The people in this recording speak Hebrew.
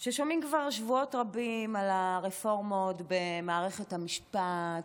ששומעים כבר שבועות רבים על הרפורמות במערכת המשפט,